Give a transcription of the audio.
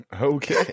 Okay